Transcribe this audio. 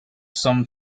some